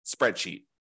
spreadsheet